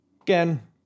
Again